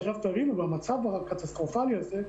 עכשיו, רק תבינו, במצב הקטסטרופלי הזה,